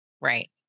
right